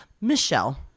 Michelle